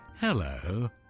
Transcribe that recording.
Hello